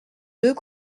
deux